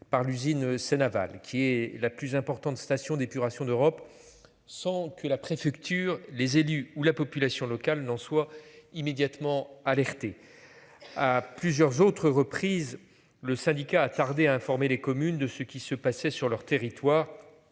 par l'usine Seine Aval qui est la plus importante station d'épuration d'Europe. Sans que la préfecture les élus ou la population locale n'en soit immédiatement alerté. À plusieurs autres reprises. Le syndicat a tardé à informer les communes de ce qui se passait sur leur territoire.